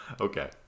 Okay